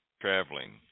traveling